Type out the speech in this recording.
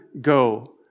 go